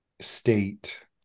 state